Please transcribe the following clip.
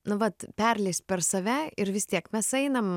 na vat perleist per save ir vis tiek mes einam